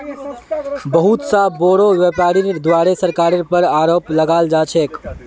बहुत स बोरो व्यापीरीर द्वारे सरकारेर पर आरोप लगाल जा छेक